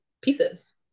pieces